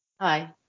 Hi